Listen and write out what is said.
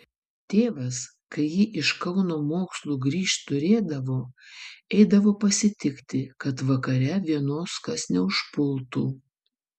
tėvas kai ji iš kauno mokslų grįžt turėdavo eidavo pasitikti kad vakare vienos kas neužpultų